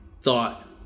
thought